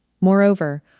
Moreover